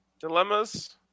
Dilemmas